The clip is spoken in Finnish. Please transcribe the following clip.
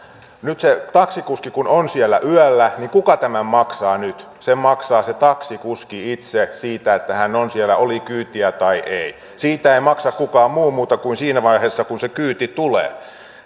nyt kun se taksikuski on siellä yöllä niin kuka tämän maksaa nyt sen maksaa se taksikuski itse siitä että hän on siellä oli kyytiä tai ei siitä ei maksa kukaan muu muuta kuin siinä vaiheessa kun se kyyti tulee